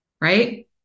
right